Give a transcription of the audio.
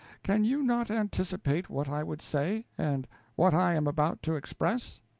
can you not anticipate what i would say, and what i am about to express?